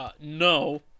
No